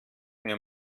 mir